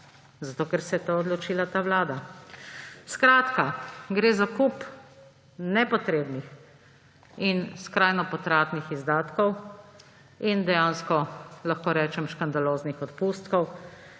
Zato, ker se je to odločila ta vlada. Skratka, gre za kup nepotrebnih in skrajno potratnih izdatkov in dejansko, lahko rečem, škandaloznih odpustkov.